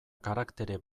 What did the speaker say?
karaktere